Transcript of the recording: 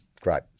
Great